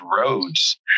roads